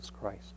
Christ